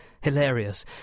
hilarious